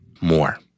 more